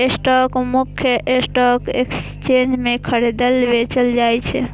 stock मुख्यतः stock exchange मे खरीदल, बेचल जाइ छै